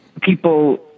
people